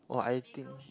oh I think